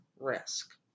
risk